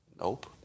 Nope